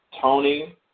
Tony